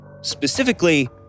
specifically